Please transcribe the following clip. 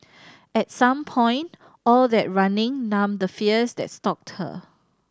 at some point all that running numbed the fears that stalked her